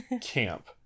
camp